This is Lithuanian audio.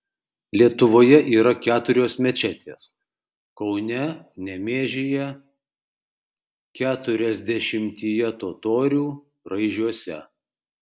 lietuvoje yra keturios mečetės kaune nemėžyje keturiasdešimtyje totorių raižiuose